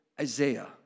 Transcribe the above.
Isaiah